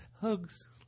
Hugs